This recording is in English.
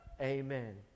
amen